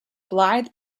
blythe